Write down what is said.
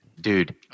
Dude